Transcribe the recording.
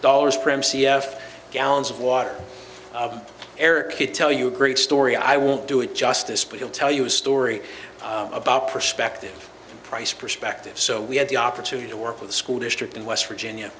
dollars prim c f gallons of water air kid tell you a great story i won't do it justice but he'll tell you a story about perspective and price perspective so we had the opportunity to work with a school district in west virginia